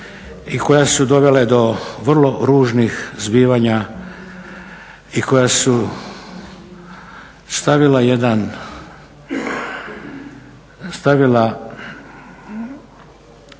i koja su dovele do vrlo ružnih zbivanja i koja su stavila jedan,